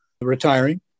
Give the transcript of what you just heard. retiring